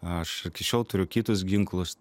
aš iki šiol turiu kitus ginklus